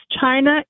China